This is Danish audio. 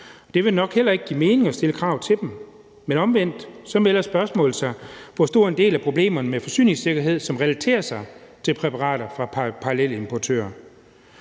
Det vil nok heller ikke give mening at stille krav til dem, men omvendt melder spørgsmålet sig om, hvor stor en del af problemerne med forsyningssikkerhed der relaterer sig til præparater fra parallelimportører.